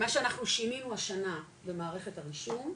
מה שאנחנו שינינו השנה במערכת הרישום,